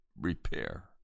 Repair